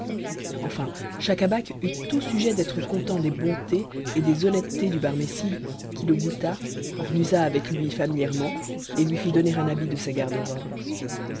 enfin schacabac eut tout sujet d'être content des bontés et des honnêtetés du barmécide qui le goûta en usa avec lui familièrement et lui fit donner un habit de sa garde-robe